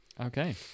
okay